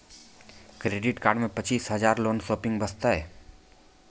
Credit card मे पचीस हजार हजार लोन शॉपिंग वस्ते?